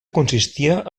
consistia